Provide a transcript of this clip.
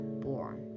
born